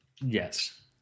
yes